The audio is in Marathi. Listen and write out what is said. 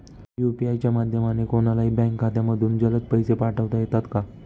यू.पी.आय च्या माध्यमाने कोणलाही बँक खात्यामधून जलद पैसे पाठवता येतात का?